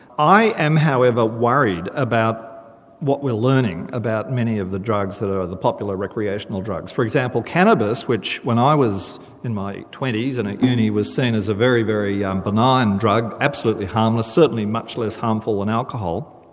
i am however worried about what we're learning about many of the drugs that are the popular recreational drugs. for example, cannabis, which when i was in my twenty s and at uni was seen as a very, very yeah um benign drug, absolutely harmless, certainly much less harmful than and alcohol,